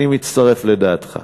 אני מצטרף לדעתך.